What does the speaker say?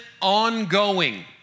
ongoing